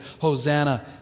Hosanna